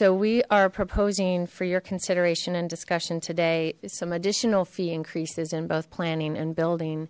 so we are proposing for your consideration and discussion today some additional fee increases in both planning and building